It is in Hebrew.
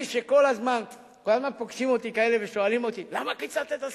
כל הזמן פוגשים אותי כאלה ושואלים אותי: למה קיצצת את השפם?